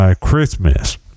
Christmas